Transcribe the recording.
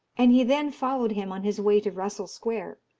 and he then followed him on his way to russell square,